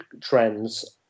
trends